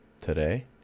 today